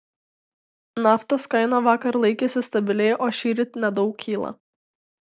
naftos kaina vakar laikėsi stabiliai o šįryt nedaug kyla